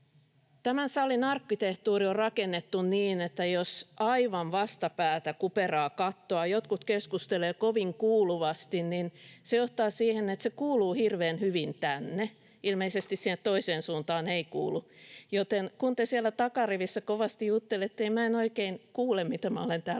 Tämän salin arkkitehtuuri on rakennettu niin, että jos aivan vastapäätä kuperaa kattoa jotkut keskustelevat kovin kuuluvasti, niin se johtaa siihen, että se kuuluu hirveän hyvin tänne, vaikka ilmeisesti sinne toiseen suuntaan ei kuulu. Joten kun te siellä takarivissä kovasti juttelette, niin minä en oikein kuule, mitä minä olen täällä